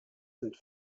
sind